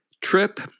trip